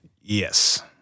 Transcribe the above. Yes